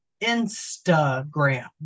Instagram